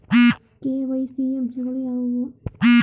KYC ಯ ಅಂಶಗಳು ಯಾವುವು?